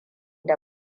da